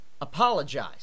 Apologize